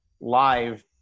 live